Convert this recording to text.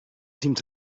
seemed